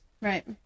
Right